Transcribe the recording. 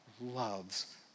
loves